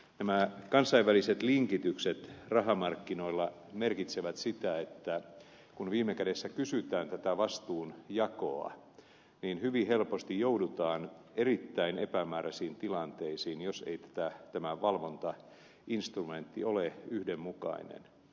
nämä kansainväliset linkitykset rahamarkkinoilla merkitsevät sitä että kun viime kädessä kysytään tätä vastuunjakoa niin hyvin helposti joudutaan erittäin epämääräisiin tilanteisiin jos ei tämä valvontainstrumentti ole yhdenmukainen